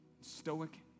stoic